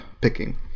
picking